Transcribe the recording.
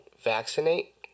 vaccinate